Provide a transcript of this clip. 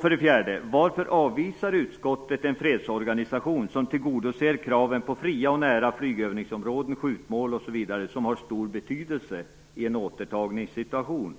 För det fjärde: Varför avvisar utskottet en fredsorganisation som tillgodoser kraven på fria och nära flygövningsområden, skjutmål etc., som har stor betydelse i en återtagningssituation?